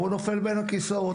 הוא נופל בין הכיסאות,